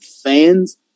Fans